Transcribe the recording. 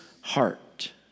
heart